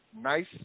nice